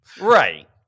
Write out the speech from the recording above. Right